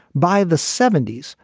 by the seventy s,